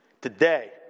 today